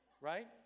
Right